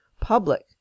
public